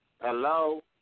Hello